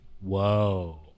Whoa